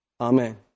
Amen